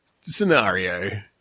scenario